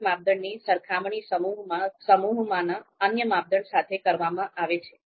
દરેક માપદંડની સરખામણી સમૂહમાંના અન્ય માપદંડ સાથે કરવામાં આવે છે